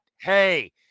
Hey